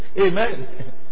Amen